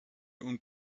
und